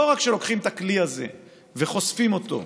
לא רק שלוקחים את הכלי הזה וחושפים אותו,